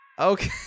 okay